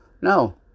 no